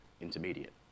intermediate